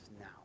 now